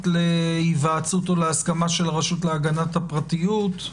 להיוועצות או להסכמה של הרשות להגנת הפרטיות.